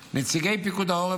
לנציגי פיקוד העורף,